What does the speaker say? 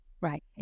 Right